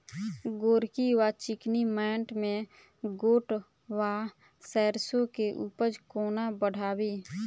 गोरकी वा चिकनी मैंट मे गोट वा सैरसो केँ उपज कोना बढ़ाबी?